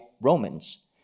Romans